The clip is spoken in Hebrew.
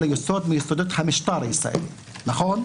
אלא יסוד מיסודות המשטר הישראלי, נכון?